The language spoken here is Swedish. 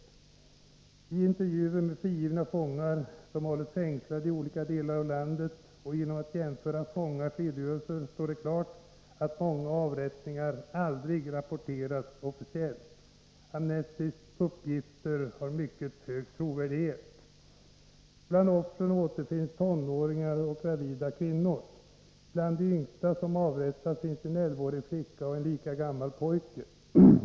Genom intervjuer med frigivna fångar, som hållits fängslade i olika delar av landet, och genom jämförelser av fångars redogörelser har det blivit klart att många avrättningar aldrig rapporterats officiellt. Amnestys uppgifter har mycket hög trovärdighet. Bland offren återfinns tonåringar och gravida kvinnor. Bland de yngsta som avrättats finns en 11-årig flicka och en lika gammal pojke.